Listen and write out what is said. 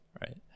right